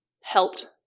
Helped